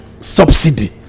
subsidy